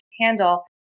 handle